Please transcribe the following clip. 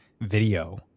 video